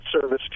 service